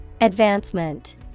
Advancement